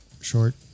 short